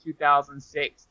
2006